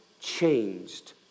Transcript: changed